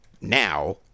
now